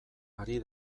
ari